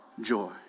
joy